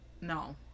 No